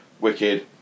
Wicked